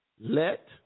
let